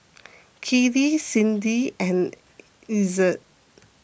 Kelli Cindi and Ezzard